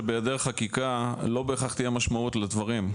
שבהיעדר חקיקה לא בהכרח תהיה משמעות לדברים,